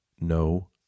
No